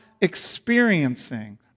experiencing